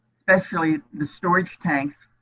actually the storage tanks,